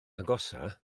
agosaf